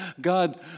God